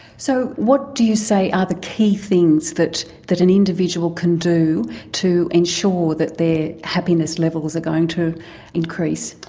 so what do you say are the key things that that an individual can do to ensure that their happiness levels are going to increase?